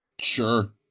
Sure